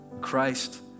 Christ